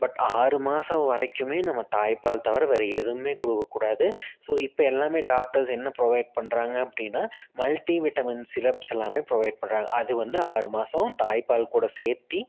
but ஆறு மாதம் வரைக்குமே நம்ம தாய்ப்பால் தவிர வேறு எதுவுமே கொடுக்கக்கூடாது ஸோ இப்போ எல்லாமே டாக்டர்ஸ் என்ன ப்ரோவைட் பண்ணுறாங்க அப்படின்னா மல்ட்டிவிட்டமின் சிரப்ஸ் எல்லாமே ப்ரொவைட் பண்ணுறாங்க அது வந்து ஆறு மாசம் தாய்ப்பால் கூட சேர்த்தி